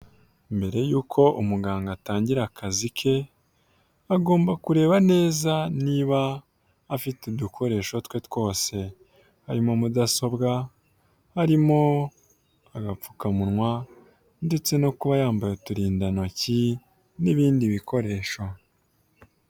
Mbere yuko umuganga atangira akazi ke agomba kureba neza niba afite udukoresho twe twose, harimo mudasobwa harimo agapfukamunwa ndetse no kuba yambaye uturindantoki n'ibindi bikoresho.